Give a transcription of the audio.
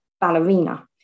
Ballerina